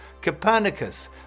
Copernicus